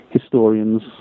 historians